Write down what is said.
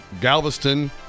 Galveston